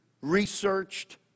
researched